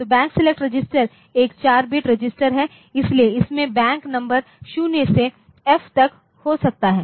तो bank select register एक 4 bit register है इसलिए इसमें बैंक नंबर 0 से F तक हो सकता है